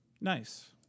nice